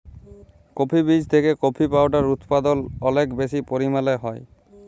coffee বীজ থেকে coffee powder উদপাদল অলেক বেশি পরিমালে হ্যয়